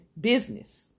business